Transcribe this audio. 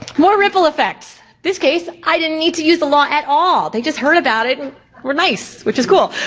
more ripple effects, this case i didn't need to use the law at all, they just heard about it and were nice, which is cool.